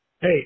Hey